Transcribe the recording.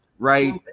right